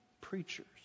preachers